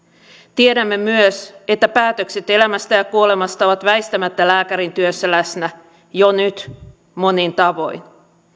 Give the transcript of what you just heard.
tiedämme myös että päätökset elämästä ja kuolemasta ovat väistämättä lääkärin työssä läsnä jo nyt monin tavoin